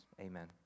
Amen